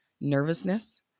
nervousness